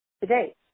today